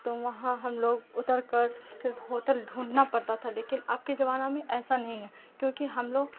تو وہاں ہم لوگ اتر کر پھر ہوٹل ڈھونڈنا پڑتا تھا لیکن اب کے زمانہ میں ایسا نہیں ہے کیونکہ ہم لوگ